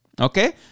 Okay